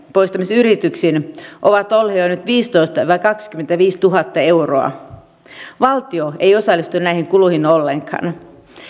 poistamisyrityksistä ovat olleet jo nyt viisitoistatuhatta viiva kaksikymmentäviisituhatta euroa valtio ei osallistu näihin kuluihin ollenkaan